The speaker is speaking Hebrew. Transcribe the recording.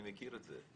אני מכיר את זה.